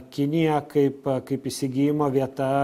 kinija kaip kaip įsigijimo vieta